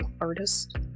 artist